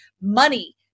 money